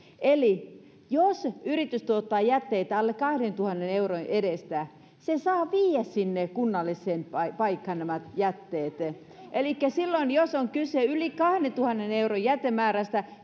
eli jos yritys tuottaa jätteitä alle kahdentuhannen euron edestä se saa viedä sinne kunnalliseen paikkaan nämä jätteet elikkä vain silloin jos on kyse yli kahdentuhannen euron jätemäärästä